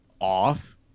off